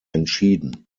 entschieden